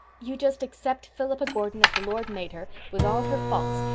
you just accept philippa gordon, as the lord made her, with all her faults,